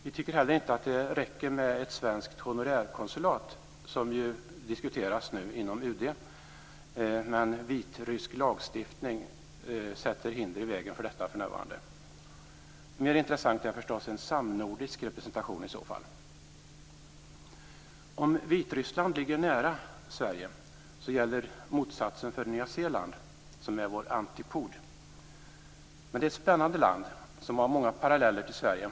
Vi tycker heller inte att det räcker med ett svenskt honorärkonsulat som ju diskuteras nu inom UD. Vitrysk lagstiftning sätter hinder i vägen för detta för närvarande. Mer intressant är förstås en samnordisk representation i så fall. Om Vitryssland ligger nära Sverige gäller motsatsen för Nya Zeeland, som är vår antipod. Men det är ett spännande land som har många paralleller till Sverige.